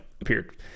appeared